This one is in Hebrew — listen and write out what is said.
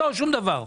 לא, שום דבר.